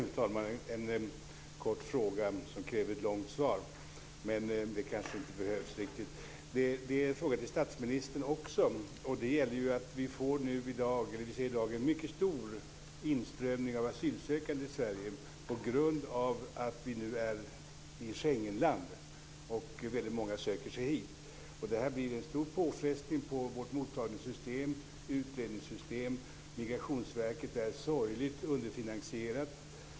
Fru talman! Jag har en kort fråga, som egentligen kräver ett långt svar, men det kanske inte behövs. Det är också en fråga till statsministern. Vi ser i dag en mycket stor inströmning av asylsökande i Sverige på grund av att vi nu är i Schengenland och väldigt många söker sig hit. Det blir en stor påfrestning på vårt mottagningssystem och utredningssystem. Migrationsverket är sorgligt underfinansierat.